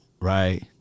right